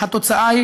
התוצאה היא